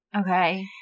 Okay